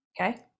Okay